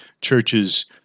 churches